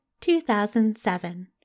2007